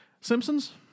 Simpsons